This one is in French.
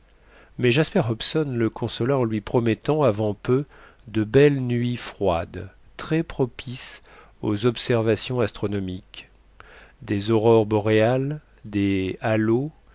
mais jasper hobson le consola en lui promettant avant peu de belles nuits froides très propices aux observations astronomiques des aurores boréales des